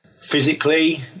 Physically